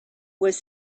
was